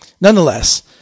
Nonetheless